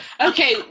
Okay